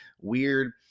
weird